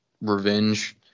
revenge